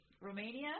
Romania